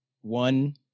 one